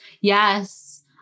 Yes